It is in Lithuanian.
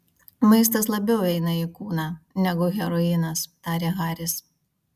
maistas labiau eina į kūną negu heroinas tarė haris